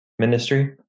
ministry